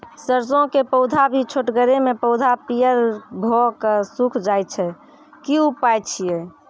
सरसों के पौधा भी छोटगरे मे पौधा पीयर भो कऽ सूख जाय छै, की उपाय छियै?